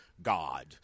God